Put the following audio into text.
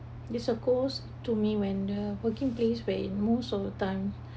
this a goes to me when the working place we're in most of the time